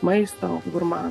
maisto gurmanų